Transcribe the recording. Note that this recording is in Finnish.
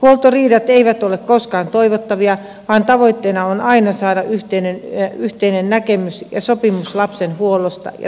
huoltoriidat eivät ole koskaan toivottavia vaan tavoitteena on aina saada yhteinen näkemys ja sopimus lapsen huollosta ja tapaamisista